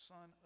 Son